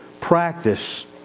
practice